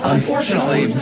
Unfortunately